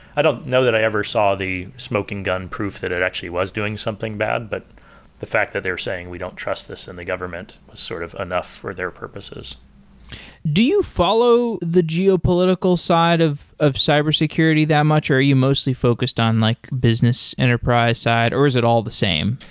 i don't know that i ever saw the smoking gun proof that it actually was doing something bad, but the fact that they're saying we don't trust this in the government was sort of enough for their purposes do you follow the geopolitical side of of cybersecurity that much? or are you mostly focused on like business enterprise side, or is it all the same?